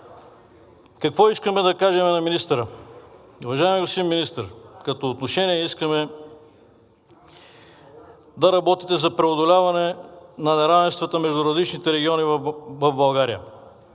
Какво искаме да кажем на министъра? Уважаеми господин Министър, като отношение искаме да работите за преодоляване на неравенствата между различните региони в България.